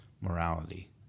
morality